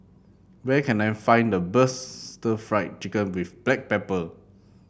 where can I find the best Stir Fried Chicken with Black Pepper